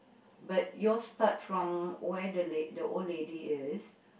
but yours start from where the lad~ the old lady is